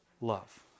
love